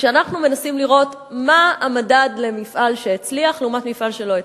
וכשאנחנו מנסים לראות מה המדד למפעל שהצליח לעומת מפעל שלא הצליח,